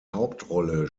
hauptrolle